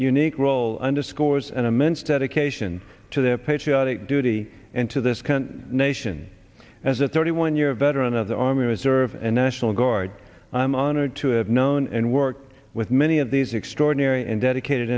unique role underscores an immense dedication to their patriotic duty and to this country nation as a thirty one year veteran of the army reserve and national guard i'm honored to have known and worked with many of these extraordinary and dedicated